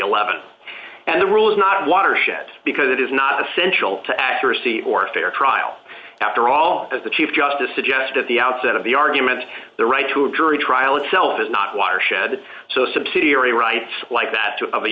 eleven and the rule is not watershed because it is not essential to accuracy or a fair trial after all as the chief justice suggested at the outset of the argument that the right to a jury trial itself is not watershed so subsidiary rights like that to